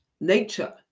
nature